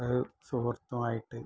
സുഹൃത്തുവായിട്ട്